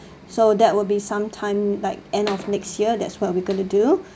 so that will be sometime like end of next year that's what are we going to do